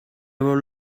were